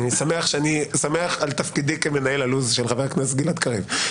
אני שמח על תפקידי כמנהל לוח הזמנים של חבר הכנסת גלעד קריב.